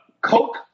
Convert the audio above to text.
coke